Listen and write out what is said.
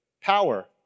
power